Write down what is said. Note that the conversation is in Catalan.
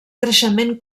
creixement